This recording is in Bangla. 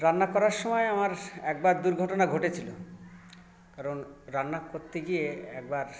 রান্না করার সময় আমার একবার দুর্ঘটনা ঘটেছিল কারণ রান্না করতে গিয়ে একবার